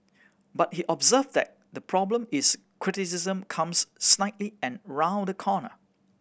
but he observed that the problem is criticism comes snidely and round the corner